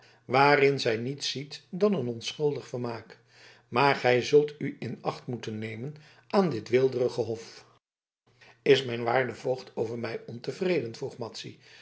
waarin zij niets ziet dan een onschuldig vermaak maar gij zult u in acht moeten nemen aan dit weelderige hof is mijn waarde voogd over mij ontevreden vroeg